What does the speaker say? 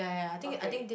okay